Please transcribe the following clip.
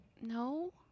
no